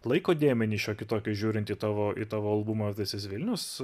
laiko dėmenį šiokį tokį žiūrint tavo į tavo albumą this is vilnius